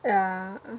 yeah